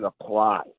apply